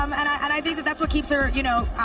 um and and i think that that's what keeps her, you know,